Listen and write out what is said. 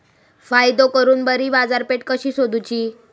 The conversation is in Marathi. फायदो करून बरी बाजारपेठ कशी सोदुची?